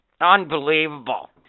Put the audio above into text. Unbelievable